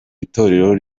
itorero